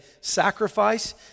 sacrifice